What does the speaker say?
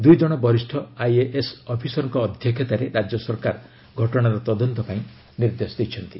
ଦୁଇଜଣ ବରିଷ୍ଠ ଆଇଏଏସ୍ ଅଫିସରଙ୍କ ଅଧ୍ୟକ୍ଷତାରେ ରାଜ୍ୟ ସରକାର ଘଟଣାର ତଦନ୍ତ ପାଇଁ ନିର୍ଦ୍ଦେଶ ଦେଇଛନ୍ତି